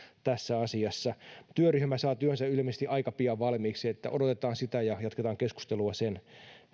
tässä asiassa työryhmä saa työnsä ilmeisesti aika pian valmiiksi niin että odotetaan sitä ja jatketaan sen